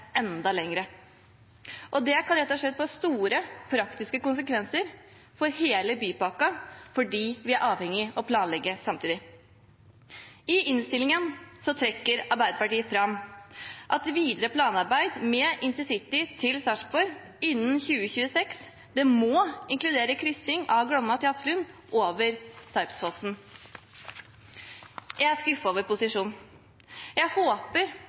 enda lenger. Det kan rett og slett få store praktiske konsekvenser for hele bypakka, fordi vi er avhengig av å planlegge samtidig. I innstillingen trekker Arbeiderpartiet fram at videre planarbeid med intercity til Sarpsborg innen 2026 må inkludere kryssing av Glomma til Hafslund over Sarpsfossen. Jeg er skuffet over posisjonen. Jeg håper